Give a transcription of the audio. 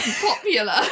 popular